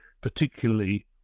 particularly